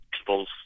people's